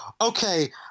Okay